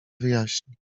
wyjaśni